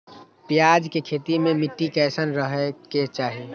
प्याज के खेती मे मिट्टी कैसन रहे के चाही?